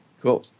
Cool